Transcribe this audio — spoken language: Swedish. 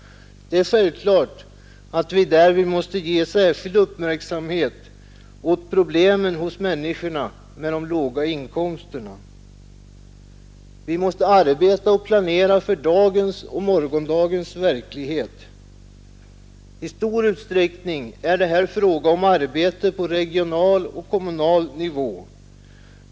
Det är självklart att vi därvid måste ägna särskild uppmärksamhet åt problemen hos människorna med de låga inkomsterna. Vi måste arbeta och planera för dagens och morgondagens verklighet. I stor utsträckning är det här fråga om arbete på kommunal och regional nivå.